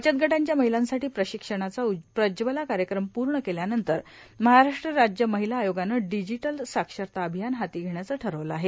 बचत गटांच्या महिलांसाठी प्रशिक्षणाचा प्रज्ज्वला कार्यक्रम पूर्ण केल्यानंतर महाराष्ट्र राज्य महिला आयोगानं डिजिटल साक्षरता अभियान हाती घेण्याचं ठरविलं आहे